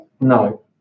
no